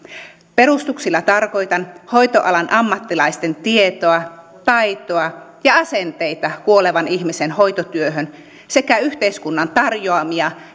perustuksilla tarkoitan hoitoalan ammattilaisten tietoa taitoa ja asenteita kuolevan ihmisen hoitotyöhön sekä yhteiskunnan tarjoamia